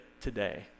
today